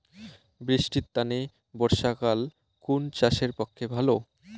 বৃষ্টির তানে বর্ষাকাল কুন চাষের পক্ষে ভালো?